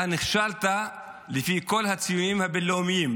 אתה נכשלת לפי כל הציונים הבין-לאומיים,